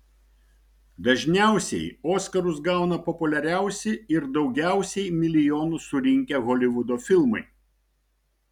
dažniausiai oskarus gauna populiariausi ir daugiausiai milijonų surinkę holivudo filmai